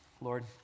Lord